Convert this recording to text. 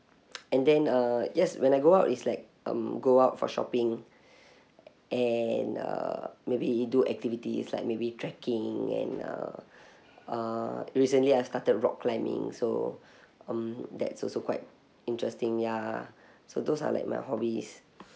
and then uh yes when I go out it's like um go out for shopping and uh maybe do activity is like maybe trekking and uh uh recently I started rock climbing so um that's also quite interesting ya so those are like my hobbies